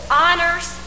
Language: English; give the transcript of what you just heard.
honors